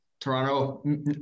Toronto